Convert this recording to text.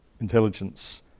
intelligence